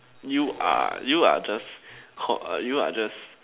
you are you are just hor you are just